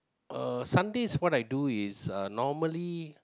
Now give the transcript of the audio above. uh Sundays what I do is uh normally